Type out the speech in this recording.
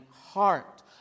heart